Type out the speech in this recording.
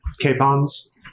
capons